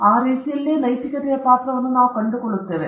ಆದ್ದರಿಂದ ಆ ರೀತಿಯಲ್ಲಿಯೇ ನೈತಿಕತೆಯ ಪಾತ್ರವನ್ನು ನಾವು ಕಂಡುಕೊಳ್ಳುತ್ತೇವೆ